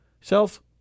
self